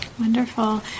Wonderful